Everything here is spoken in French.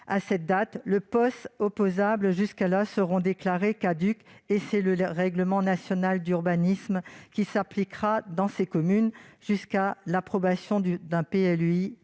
à cette date, les POS, opposables jusque-là, seront déclarés caducs ; c'est alors le règlement national d'urbanisme (RNU) qui s'appliquera dans ces communes, jusqu'à l'approbation d'un PLUI